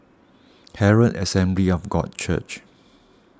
Herald Assembly of God Church